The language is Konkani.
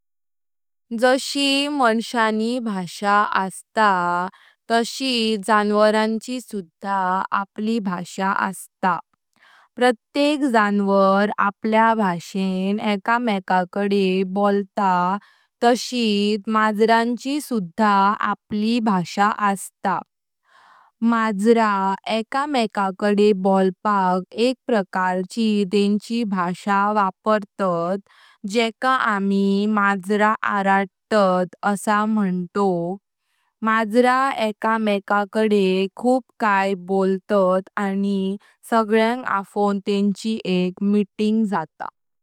जशी माशांनी भाषा अस्तात, तशीत जानवरांची सुधा आपली भाषा असता। प्रत्येक जानवार आपल्या भाषेने एका मेंका कडे बोलता। तशीत मांजरांची सुधा आपली भाषा असा। मांजरा एका मेंका कडे बोलपाक एक प्रकारची तेंची भाषा वापरतात जेका आमी मांजरा अड्रातत असा मंतोव। मांजरा एका मेंकाडे खूप काय बोलतात आणि सगळ्यांग आफों तेंची एक मिटिंग जाता।